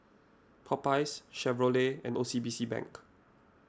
Popeyes Chevrolet and O C B C Bank